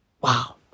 Wow